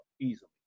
easily